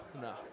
no